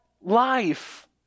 life